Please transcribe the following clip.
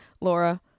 Laura